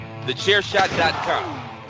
TheChairShot.com